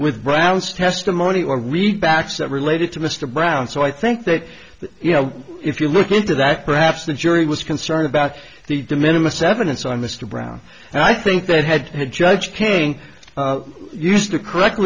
with brown's testimony or read backs that related to mr brown so i think that you know if you look into that perhaps the jury was concerned about the de minimus evidence on mr brown and i think that had the judge king used the correct